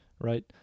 right